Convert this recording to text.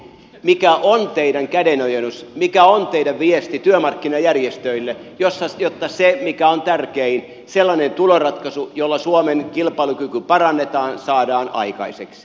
mikä on teidän kädenojennuksenne mikä on teidän viestinne työmarkkinajärjestöille jotta se mikä on tärkein sellainen tuloratkaisu jolla suomen kilpailukyky parannetaan saadaan aikaiseksi